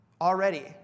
already